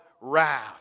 wrath